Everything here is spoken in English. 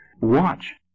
Watch